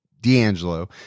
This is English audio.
D'Angelo